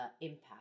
impact